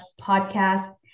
podcast